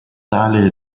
tale